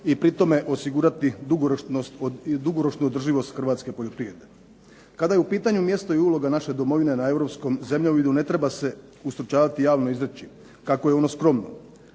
i time osigurati dugoročnu održivost Hrvatske poljoprivrede. Kako je u pitanju mjesto i uloga naše domovine na Europskom zemljovidu ne treba se ustručavati javno reći da je ono skromno,